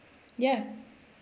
yeah